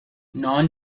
non